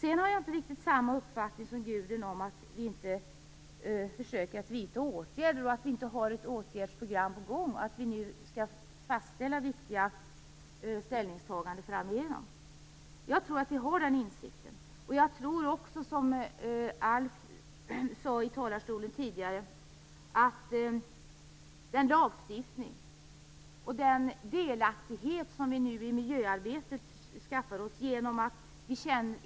Jag har dock inte riktigt samma uppfattning som Gudrun Lindvall när det gäller detta med att vi inte skulle försöka vidta åtgärder och att vi inte skulle ha ett åtgärdsprogram på gång; detta med tanke på att vi framgent skall göra viktiga ställningstaganden. Jag tror faktiskt att vi har den insikten. Jag tror också, som Alf Eriksson tidigare i denna talarstol påpekade, på den lagstiftning och den delaktighet som vi nu skaffar oss i miljöarbetet.